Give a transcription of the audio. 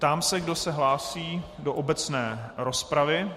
Ptám se, kdo se hlásí do obecné rozpravy.